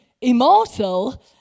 immortal